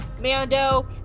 Mando